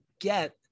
get